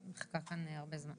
היא מחכה בסבלנות.